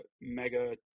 mega